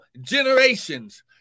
generations